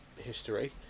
history